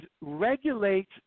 regulate